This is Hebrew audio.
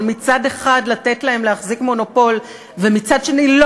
של מצד אחד לתת להם להחזיק מונופול ומצד שני לא